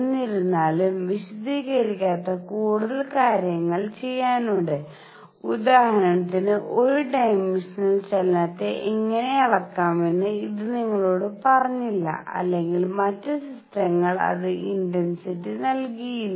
എന്നിരുന്നാലും വിശദീകരിക്കാത്ത കൂടുതൽ കാര്യങ്ങൾ ചെയ്യാനുണ്ട് ഉദാഹരണത്തിന് ഒരു ഡൈമൻഷണൽ ചലനത്തെ എങ്ങനെ അളക്കാമെന്ന് ഇത് നിങ്ങളോട് പറഞ്ഞില്ല അല്ലെങ്കിൽ മറ്റ് സിസ്റ്റങ്ങൾ അത് ഇന്റന്സിറ്റി നൽകിയില്ല